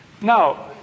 Now